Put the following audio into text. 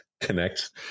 Connects